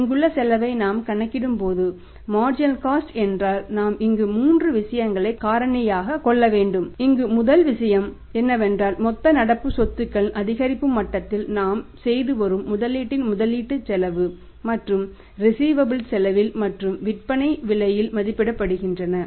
இங்குள்ள செலவை நாம் கணக்கிடும்போது மார்ஜினல் காஸ்ட் செலவில் மற்றும் விற்பனை விலையில்மதிப்பிடப்படுகின்றன